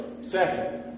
Second